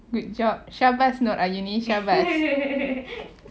good job syabas nooraini syabas